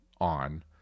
on